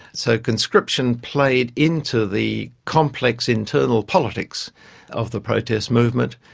so conscription played into the complex internal politics of the protest movement,